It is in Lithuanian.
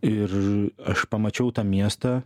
ir aš pamačiau tą miestą